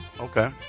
Okay